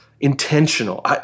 intentional